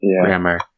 grammar